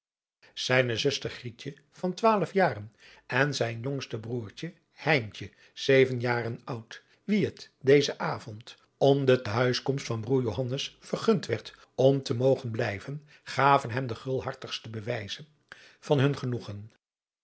zijne zuster grietje van twaalf jaren en adriaan loosjes pzn het leven van johannes wouter blommesteyn zijn jongste broêrtje heintje zeven jaar oud wien het dezen avond om de te huiskomst van broêr johannes vergund werd op te mogen blijven gaven hem de gulhartigste bew zen van hun genoegen